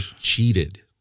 cheated